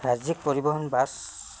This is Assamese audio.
ৰাজ্যিক পৰিবহণ বাছ